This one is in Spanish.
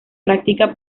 práctica